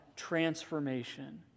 transformation